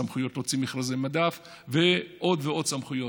סמכויות להוציא מכרזי מדף ועוד ועוד סמכויות.